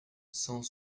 cent